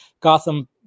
Gotham